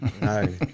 No